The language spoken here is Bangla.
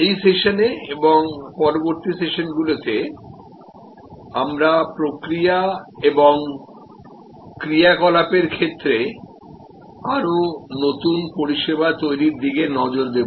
এই সেশনে এবং পরবর্তী সেশনগুলিতে আমরা প্রক্রিয়া এবং ক্রিয়াকলাপের ক্ষেত্রে আরও নতুন পরিষেবা তৈরির দিকে নজর দেব